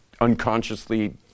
unconsciously